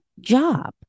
job